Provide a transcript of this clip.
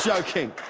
joking.